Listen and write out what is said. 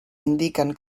indiquen